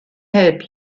help